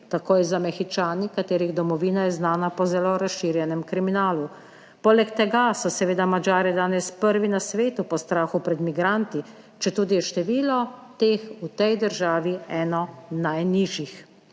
Tako je z Američani, katerih domovina je znana po zelo razširjenem kriminalu. Poleg tega so seveda Madžari danes prvi na svetu po strahu pred migranti, četudi je število teh v tej državi eno najnižjih.